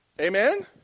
Amen